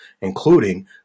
including –